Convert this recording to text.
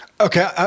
Okay